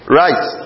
right